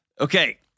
Okay